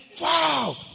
wow